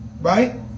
right